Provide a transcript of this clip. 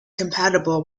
compatible